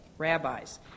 Rabbis